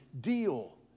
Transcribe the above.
deal